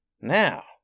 now